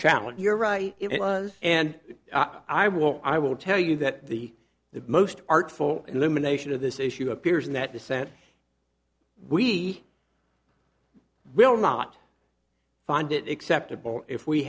challenge you're right it was and i will i will tell you that the the most artful elimination of this issue appears in that dissent we will not find it acceptable if we